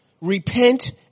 Repent